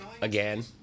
again